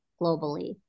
globally